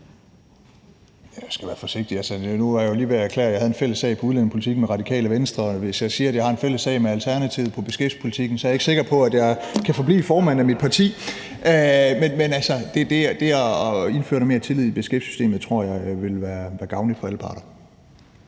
Jeg skal være forsigtig. Altså, nu var jeg lige ved at erklære, at jeg havde en fælles sag på udlændingepolitikken med Radikale Venstre, og hvis jeg siger, at jeg har en fælles sag med Alternativet på beskæftigelsespolitikken, er jeg ikke sikker på, at jeg kan forblive formand for mit parti. Men altså, det at indføre noget mere tillid i beskæftigelsessystemet tror jeg vil være gavnligt for alle parter.